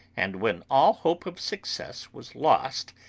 and when all hope of success was lost,